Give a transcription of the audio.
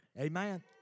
Amen